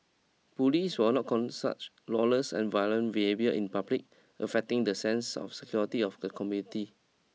police will not con such lawless and violent behaviour in public affecting the sense of security of the community